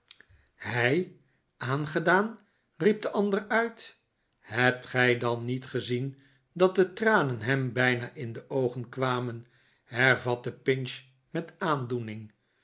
hij aangedaan riep de ander uit hebt gij dan niet gezien dat de tranen hem bijna in de oogen kwamen hervatte pinch met aandoening